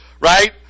right